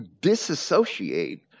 disassociate